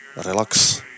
Relax